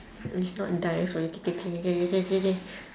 it's not dying so you K K K K K K K K